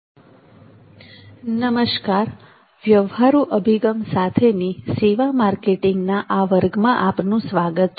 નમસ્કાર વ્યવહારુ અભિગમ સાથેની સેવા માર્કેટિંગના આ વર્ગમાં આપનું સ્વાગત છે